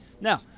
Now